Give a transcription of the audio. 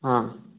ಹಾಂ